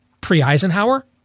pre-Eisenhower